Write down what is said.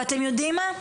ואתם יודעים מה,